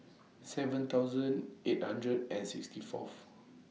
seven thousand eight hundred and sixty Fourth